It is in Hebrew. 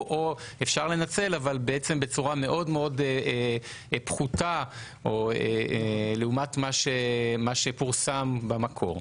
או אפשר לנצל אבל בעצם בצורה מאוד מאוד פחותה לעומת מה שפורסם במקור.